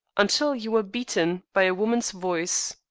until you were beaten by a woman's voice.